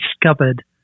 discovered